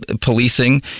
policing